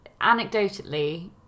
Anecdotally